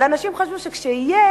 אבל אנשים חשבו שכשיהיה,